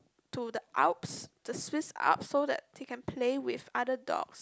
to the alps the Swiss out so that he can play with other dogs